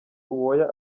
uwoya